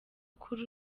kuri